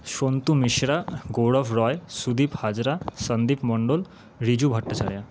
Santu Mishra Gaurav Roy Sudip Hazra Sandip Mondal Riju Bhattacharya